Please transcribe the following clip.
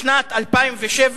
בשנת 2007,